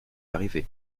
arrivée